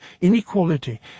inequality